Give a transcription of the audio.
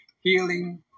healing